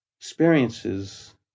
experiences